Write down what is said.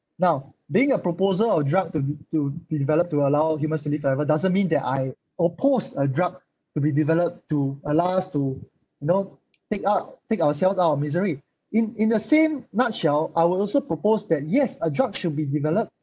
now being a proposer of drug to be to be developed to allow humans to live forever doesn't mean that I oppose a drug to be developed to allow us to you know take out take ourselves out of misery in in the same nutshell I will also propose that yes a drug should be developed